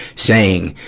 saying,